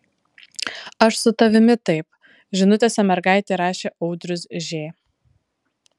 aš su tavimi taip žinutėse mergaitei rašė audrius ž